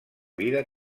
vida